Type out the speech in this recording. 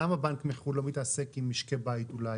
למה בנק מחו"ל לא מתעסק עם משקי בית אולי,